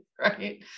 right